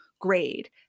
grade